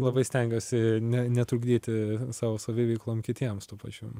labai stengiuosi ne netrukdyti savo saviveiklom kitiems tuo pačiu